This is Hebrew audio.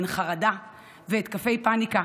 הן חרדה והתקפי פניקה.